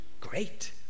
great